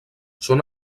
són